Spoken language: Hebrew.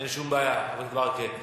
אין שום בעיה, חבר הכנסת ברכה.